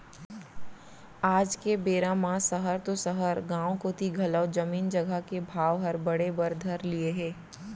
आज के बेरा म सहर तो सहर गॉंव कोती घलौ जमीन जघा के भाव हर बढ़े बर धर लिये हे